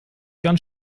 ganz